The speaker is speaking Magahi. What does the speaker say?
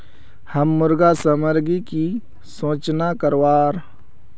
हम मुर्गा सामग्री की सूचना करवार?